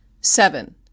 seven